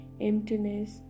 emptiness